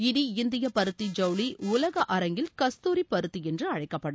இனி இந்திய பருத்தி ஜவுளி உலக அரங்கில் கஸ்தூரி பருத்தி என அளழக்கப்படும்